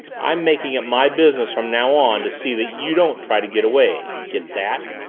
i'm making it my business from now on to see that you don't try to get away. get that?